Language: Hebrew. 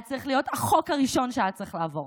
היה צריך להיות החוק הראשון שהיה צריך לעבור,